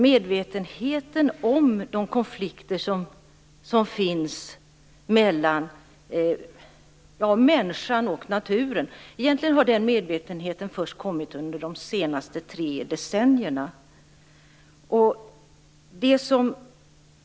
Medvetenheten om konflikter mellan människan och naturen har kommit under de tre senaste decennierna.